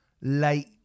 late